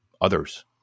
others